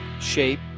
Shape